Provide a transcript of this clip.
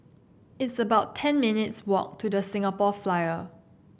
it's about ten minutes' walk to The Singapore Flyer